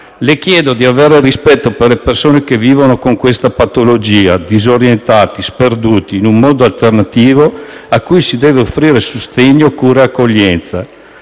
Le chiedo di avere rispetto per le persone che vivono con questa patologia disorientati, sperduti in un mondo alternativo a cui si deve offrire sostegno, cura e accoglienza.